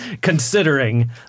considering